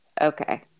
Okay